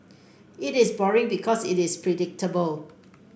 it is boring because it is predictable